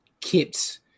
kept